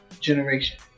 generation